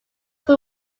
were